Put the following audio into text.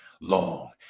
long